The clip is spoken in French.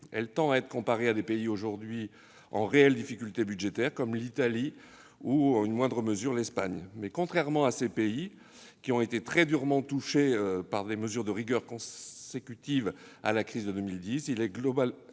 elle tend à être comparée à des pays aujourd'hui en réelle difficulté budgétaire, comme l'Italie ou, dans une moindre mesure, l'Espagne. Mais contrairement à ces pays, qui ont été très durement touchés par les mesures de rigueur consécutives à la crise de 2010, le Gouvernement